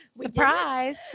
surprise